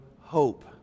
hope